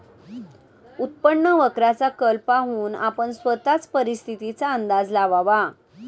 उत्पन्न वक्राचा कल पाहून आपण स्वतःच परिस्थितीचा अंदाज लावावा